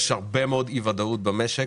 יש הרבה מאוד אי-ודאות במשק